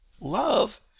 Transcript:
love